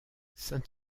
saint